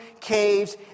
caves